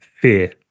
fear